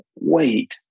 wait